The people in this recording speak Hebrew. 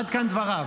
עד כאן דבריו.